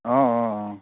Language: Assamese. অঁ অঁ অঁ